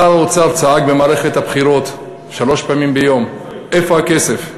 שר האוצר צעק במערכת הבחירות שלוש פעמים ביום "איפה הכסף?"